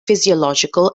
physiological